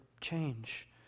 change